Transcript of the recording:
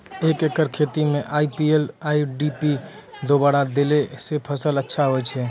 एक एकरऽ खेती मे आई.पी.एल डी.ए.पी दु बोरा देला से फ़सल अच्छा होय छै?